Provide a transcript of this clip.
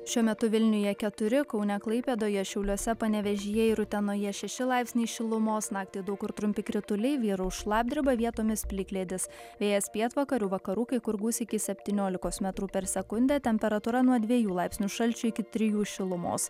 šiuo metu vilniuje keturi kaune klaipėdoje šiauliuose panevėžyje ir utenoje šeši laipsniai šilumos naktį daug kur trumpi krituliai vyraus šlapdriba vietomis plikledis vėjas pietvakarių vakarų kai kur gūsiai iki septyniolikos metrų per sekundę temperatūra nuo dviejų laipsnių šalčio iki trijų šilumos